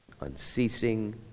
unceasing